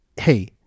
hey